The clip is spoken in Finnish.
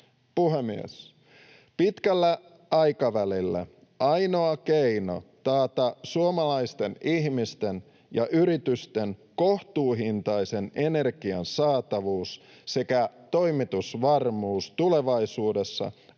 Puhemies! Pitkällä aikavälillä ainoa keino taata suomalaisten ihmisten ja yritysten kohtuuhintaisen energian saatavuus sekä toimitusvarmuus tulevaisuudessa